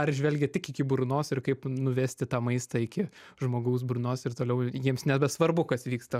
ar žvelgia tik iki burnos ir kaip nuvesti tą maistą iki žmogaus burnos ir toliau jiems nebesvarbu kas vyksta